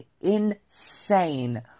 insane